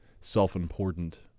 self-important